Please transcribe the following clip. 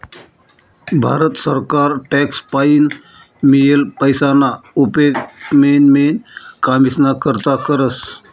भारत सरकार टॅक्स पाईन मियेल पैसाना उपेग मेन मेन कामेस्ना करता करस